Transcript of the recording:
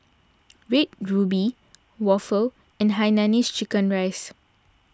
Red Ruby Waffle and Hainanese Chicken Rice